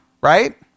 right